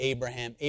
Abraham